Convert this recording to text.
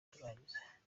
turangiza